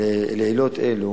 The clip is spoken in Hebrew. אלה